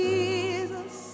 Jesus